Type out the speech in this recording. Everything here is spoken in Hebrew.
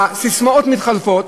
הססמאות מתחלפות.